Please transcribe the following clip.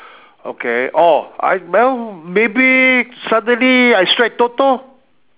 okay oh I well maybe suddenly I strike Toto